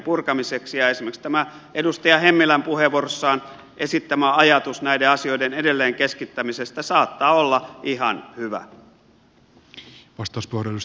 esimerkiksi tämä edustaja hemmilän puheenvuorossaan esittämä ajatus näiden asioiden edelleenkeskittämisestä saattaa olla ihan hyvä